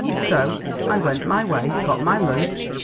so i went my way, got my lunch,